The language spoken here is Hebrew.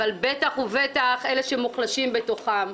אבל בטח ובטח על המוחלשים בתוכם.